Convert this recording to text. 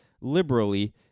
liberally